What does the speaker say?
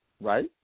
right